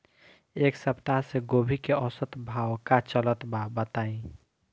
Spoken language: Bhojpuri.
एक सप्ताह से गोभी के औसत भाव का चलत बा बताई?